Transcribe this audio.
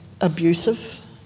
abusive